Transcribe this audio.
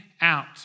out